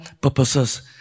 purposes